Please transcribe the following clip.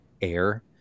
air